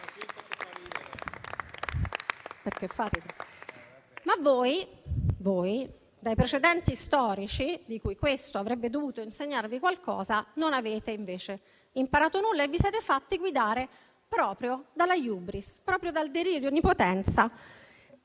però, dai precedenti storici, che avrebbero dovuto insegnarvi qualcosa, non avete invece imparato nulla e vi siete fatti guidare proprio dalla *hybris*, dal delirio di onnipotenza,